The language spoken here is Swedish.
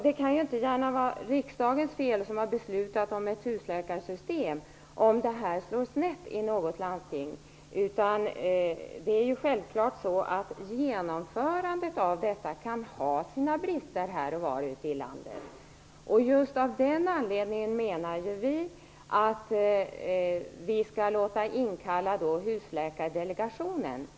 Det kan inte gärna vara riksdagens fel - bara för att den beslutat om husläkarsystemet - om det här slår snett i något landsting. Självklart kan genomförandet av detta ha sina brister här och var ute i landet. Just av den anledningen menar vi att Husläkardelegationen skall inkallas.